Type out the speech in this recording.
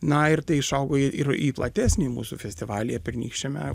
na ir tai išaugo į ir į platesnį mūsų festivalį pernykščiame